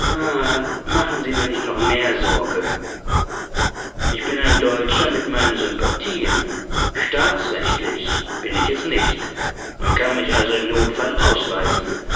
machen sie mir nicht noch mehr sorge ich bin ein deutscher mit meinen sympathien staatsrechtlich bin ich es nicht man kann mich also im notfall ausweisen